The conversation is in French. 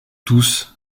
tous